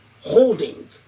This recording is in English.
holding